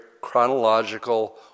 chronological